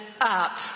up